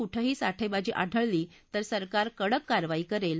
शिवाय कुठंही साठेबाजी आढळली तर सरकार कडक कारवाई करेल